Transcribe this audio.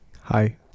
Hi